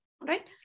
right